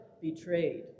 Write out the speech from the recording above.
betrayed